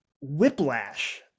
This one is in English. Whiplash